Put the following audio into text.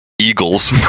Eagles